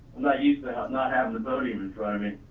not used to not not having the burden in front of me.